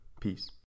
Peace